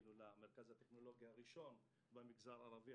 זכינו למרכז הטכנולוגי הראשון במגזר הערבי,